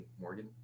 Morgan